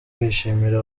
bishimira